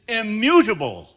immutable